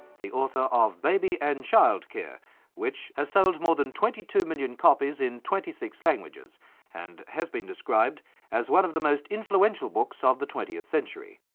the author of baby and child care which has sold more than twenty two million copies in twenty six languages and has been described as one of the most influential books ah of the twentieth century.